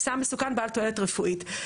סם מסוכן בעל תועלת רפואית.